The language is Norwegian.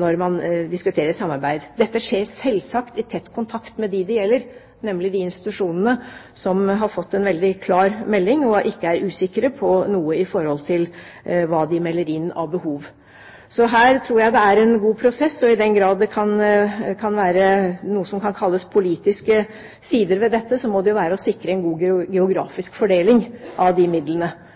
når man diskuterer samarbeid. Dette skjer selvsagt i tett kontakt med dem det gjelder, nemlig de institusjonene som har fått en veldig klar melding og ikke er usikre på noe i hva de melder inn av behov, så her tror jeg det er en god prosess. I den grad det kan være noe som kan kalles politiske sider ved dette, må det være å sikre en god geografisk fordeling av disse midlene. Men vi har mange gode forslag og mange gode tiltak på de